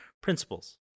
principles